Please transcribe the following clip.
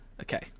Okay